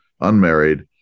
unmarried